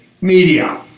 Media